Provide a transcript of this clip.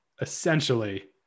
essentially